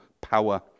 power